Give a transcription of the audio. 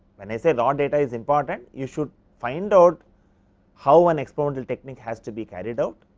when i say raw data is important, you should find out how an experimental technique has to be carried out